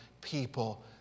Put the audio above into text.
people